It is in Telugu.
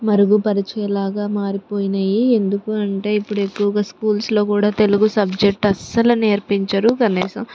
మరుగుపరిచేలాగా మారిపోయినాయి ఎందుకు అంటే ఇప్పుడు ఎక్కువగా స్కూల్స్లో కూడా తెలుగు సబ్జెక్ట్ అసలు నేర్పించరు కనీసం